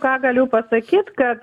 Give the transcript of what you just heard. ką galiu pasakyt kad